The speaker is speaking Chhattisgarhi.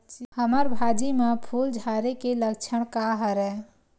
हमर भाजी म फूल झारे के लक्षण का हरय?